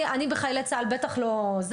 אני בחיילי צה"ל בטח לא,